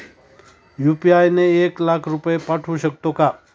UPI ने एक लाख रुपये पाठवू शकतो का?